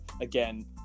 Again